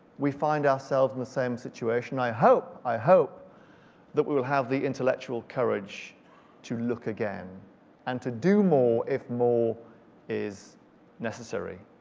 we find ourselves in the same situation, i hope, i hope that we'll have the intellectual courage to look again and to do more if more is necessary.